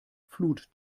flut